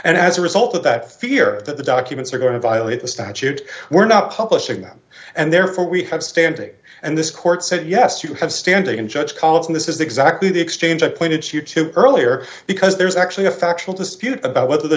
and as a result of that fear that the documents are going to violate the statute we're not publishing them and therefore we have standing and this court said yes you have standing in judge calls and this is exactly the exchange i pointed she had to earlier because there's actually a factual dispute about whether the